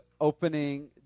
opening